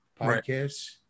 podcasts